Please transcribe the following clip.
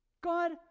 God